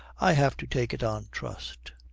i have to take it on trust.